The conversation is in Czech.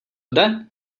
jde